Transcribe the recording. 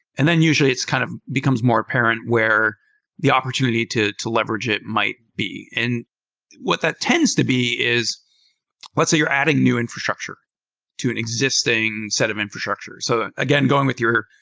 and then usually it kind of becomes more apparent where the opportunity to to leverage it might be. and what that tends to be is let's say you're adding new infrastructure to an existing set of infrastructure. so again, going with your,